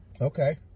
Okay